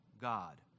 God